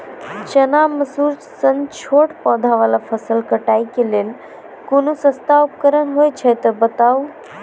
चना, मसूर सन छोट पौधा वाला फसल कटाई के लेल कूनू सस्ता उपकरण हे छै तऽ बताऊ?